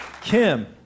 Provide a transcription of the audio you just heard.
Kim